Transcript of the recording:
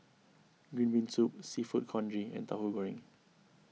Green Bean Soup Seafood Congee and Tahu Goreng